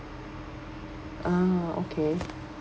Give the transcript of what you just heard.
ah okay